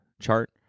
chart